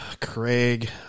Craig